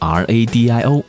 radio